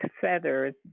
feathers